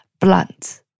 blunt